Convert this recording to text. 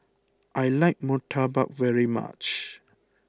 I like Murtabak very much